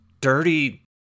dirty